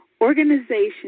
Organization